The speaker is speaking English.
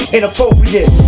Inappropriate